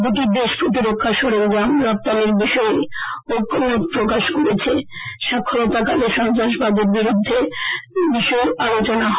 দুটি দেশ প্রতিরক্ষা সরঞাম রপ্তানীর বিষয়ে ঐক্যমত প্রকাশ করেছে সাক্ষাতকারকালে সন্ত্রাসবাদ প্রতিরোধের বিষয়েও আলোচনা হয়